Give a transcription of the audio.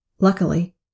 Luckily